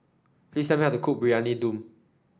please tell me how to cook Briyani Dum